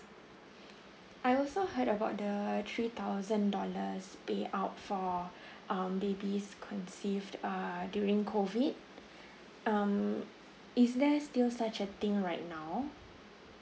I also heard about the three thousand dollars pay out for um babies conceived err during COVID um is there still such a thing right now